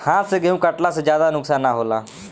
हाथ से गेंहू कटला से ज्यादा नुकसान ना होला